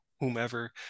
whomever